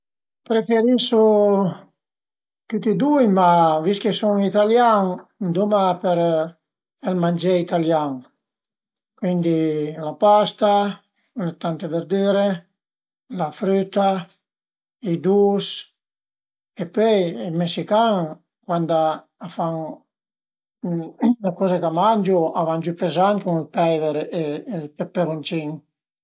Preferisu tüti e dui, ma vist che sun italian, anduma për ël mangé italian, cuindi la pasta, tante verdüre, la früta, i dus e pöi i mesican cuand a fan le coze ch'a mangiu a van giü pezant cun ël peiver e ël peperuncin